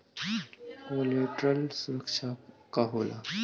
Collateral सुरक्षा का होला?